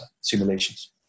simulations